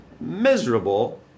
miserable